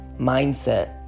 mindset